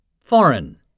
Foreign